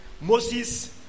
Moses